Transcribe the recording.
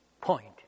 point